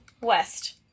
west